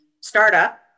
startup